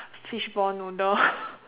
fishball noodle